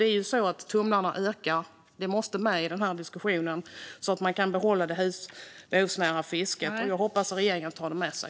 Det är ju så att tumlarna ökar. Det måste med i den här diskussionen så att man kan behålla husbehovsfisket. Jag hoppas att regeringen tar det med sig.